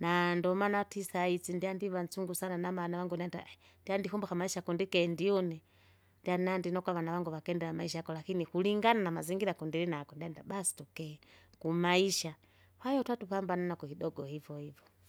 na ndomana ataisaizi ndyandiva nsungu sana namana wangu ndyandikumbuka amaisha kundike ndiune, ndyana ndinokwa avana vangu vakendela amaisha kula, lakini kulingana namazingira kundilinago ndienda basi tuki, kumaisha. Kwahiyo twatupambana naku kidoko hivohivo.